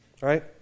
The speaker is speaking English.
right